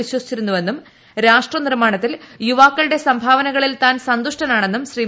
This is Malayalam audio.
വിശ്വസിച്ചിരുന്നുവെന്നും രാഷ്ട്ര നിർമ്മാണത്തിൽ യുവാക്കളുടെ സംഭാവനകളിൽ താൻ സന്തുഷ്ടനാണെന്നും ശ്രീ